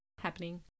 happening